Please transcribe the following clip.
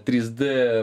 trys d